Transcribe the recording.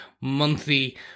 monthly